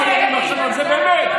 הם אמורים לייצג תתייחסו,